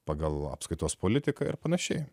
pagal apskaitos politikai ar panašiai